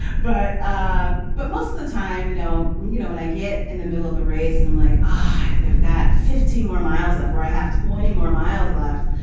but ah but most of the time, you know, when you know when i get in the middle of a race and i'm like i've never got fifty more miles left where i have twenty more miles left,